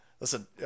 Listen